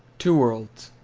two worlds.